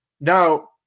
Now